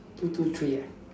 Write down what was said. two two three ah